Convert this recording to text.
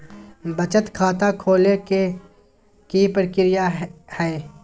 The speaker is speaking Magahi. बचत खाता खोले के कि प्रक्रिया है?